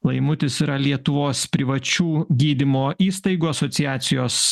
laimutis yra lietuvos privačių gydymo įstaigų asociacijos